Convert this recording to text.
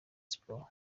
sports